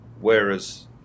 whereas